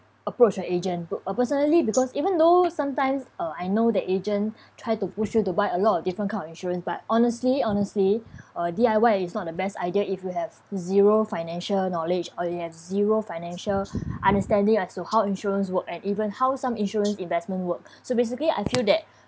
approach an agent uh personally because even though sometimes uh I know the agent try to push you to buy a lot of different kind of insurance but honestly honestly uh D_I_Y is not the best idea if you have zero financial knowledge or you have zero financial understanding as to how insurance work and even how some insurance investment work so basically I feel that